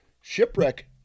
shipwreck